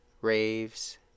raves